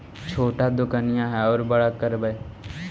छोटा दोकनिया है ओरा बड़ा करवै?